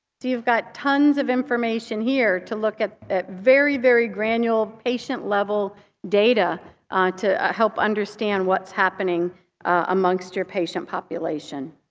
you've got tons of information here to look at at very, very granular patient-level data ah to help understand what's happening amongst your patient population.